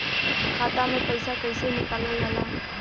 खाता से पैसा कइसे निकालल जाला?